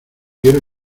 quiero